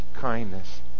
kindness